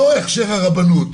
לא הכשר הרבנות,